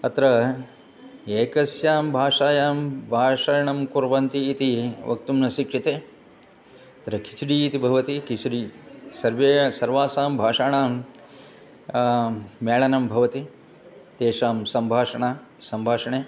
अत्र एकस्यां भाषायां भाषणं कुर्वन्ति इति वक्तुं न शक्यते तत्र किच्डि इति भवति किच्डि सर्वे सर्वासां भाषाणां मेलनं भवति तेषां सम्भाषणं सम्भाषणे